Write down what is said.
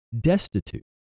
destitute